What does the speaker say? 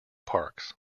parks